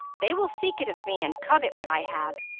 they will seek it of me and covet what i have,